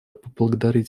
поблагодарить